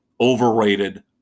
overrated